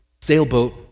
sailboat